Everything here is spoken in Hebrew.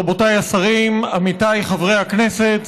רבותיי השרים, עמיתיי חברי הכנסת,